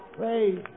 Praise